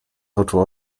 oczu